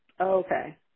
Okay